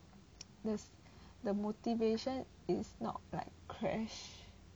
the the motivation is not like crash